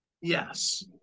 Yes